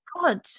God